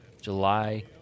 July